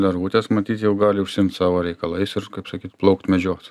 lervutės matyt jau gali užsiimt savo reikalais ir kaip sakyt plaukt medžiot